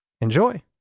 Enjoy